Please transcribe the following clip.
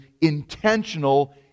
intentional